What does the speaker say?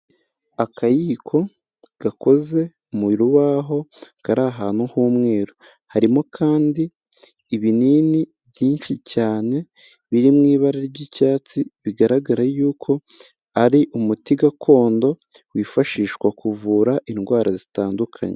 Akayiko gakoze mu rubaho kari ahantu h'umweru, harimo kandi ibinini byinshi cyane biri mu ibara ry'icyatsi, bigaragara yuko ari umuti gakondo wifashishwa kuvura indwara zitandukanye.